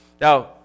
Now